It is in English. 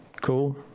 cool